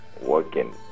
working